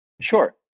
Sure